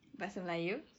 bahasa melayu